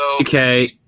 Okay